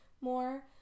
more